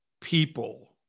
people